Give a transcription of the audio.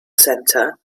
centre